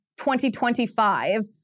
2025